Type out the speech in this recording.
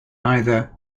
either